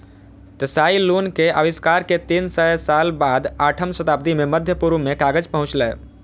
Tsai Lun के आविष्कार के तीन सय साल बाद आठम शताब्दी मे मध्य पूर्व मे कागज पहुंचलै